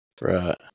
Right